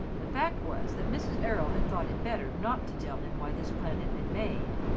the fact was that mrs. errol had thought it better not to tell him why this plan had been made.